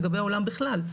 לגבי העולם בכלל,